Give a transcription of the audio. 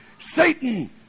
Satan